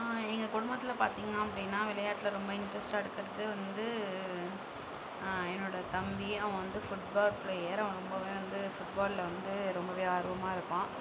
எங்கள் குடும்பத்தில் பார்த்தீங்க அப்படின்னா விளையாட்டில் ரொம்ப இன்ட்ரெஸ்ட்டாக இருக்கிறது வந்து என்னோட தம்பி அவன் வந்து ஃபுட்பால் பிளேயர் அவன் ரொம்பவுமே வந்து ஃபுட்பாலில் வந்து ரொம்பவே ஆர்வமாக இருப்பான்